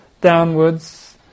downwards